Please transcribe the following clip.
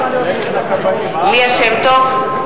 ליה שמטוב,